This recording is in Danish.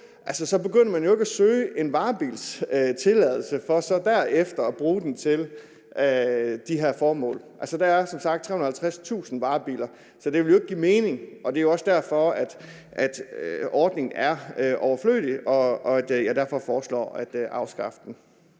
så begynder man jo ikke at søge en varebilstilladelse for så derefter at bruge den til de her formål. Altså, der er som sagt 350.000 varebiler, så det ville jo ikke give mening. Det er også derfor, ordningen er overflødig og jeg derfor foreslår at afskaffe